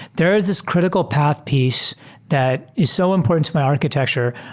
there is this critical path piece that is so important to my architecture.